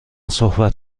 صحبت